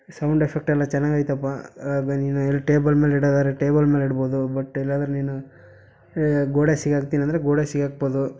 sound effect ಎಲ್ಲ ಚೆನ್ನಾಗಿ ಐತಪ್ಪ ಅದು ನೀನು ಎಲ್ಲಿ ಟೇಬಲ್ ಮೇಲೆ ಇಡಾದಾದ್ರೆ ಟೇಬಲ್ ಮೇಲೆ ಇಡ್ಬೋದು ಬಟ್ ಇಲ್ಲಾಂದ್ರೆ ನೀನು ಗೋಡೆಗೆ ಸಿಗಾಗ್ತೀನಿ ಅಂದರೆ ಗೋಡೆಗೆ ಸಿಕಾಗ್ಬೋದು